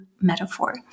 metaphor